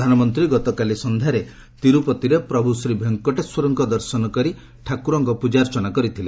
ପ୍ରଧାନମନ୍ତ୍ରୀ ଗତକାଲି ସନ୍ଧ୍ୟାରେ ତୀରୁପତିରେ ପ୍ରଭୁ ଶ୍ରୀ ଭେଙ୍କଟେଶ୍ୱରଙ୍କ ଦର୍ଶନ କରି ଠାକୁରଙ୍କ ପୂଜାର୍ଚ୍ଚନା କରିଥିଲେ